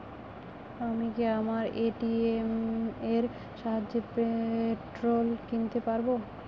আমি কি আমার এ.টি.এম এর সাহায্যে পেট্রোল কিনতে পারব?